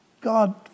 God